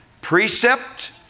Precept